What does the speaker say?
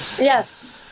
yes